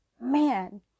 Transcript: man